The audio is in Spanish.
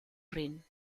rin